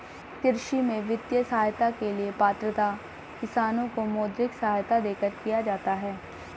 कृषि में वित्तीय सहायता के लिए पात्रता किसानों को मौद्रिक सहायता देकर किया जाता है